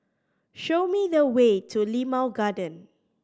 show me the way to Limau Garden